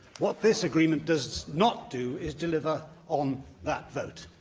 what this agreement does not do is deliver on that vote.